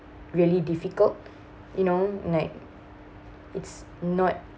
really difficult you know like it's not